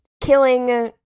killing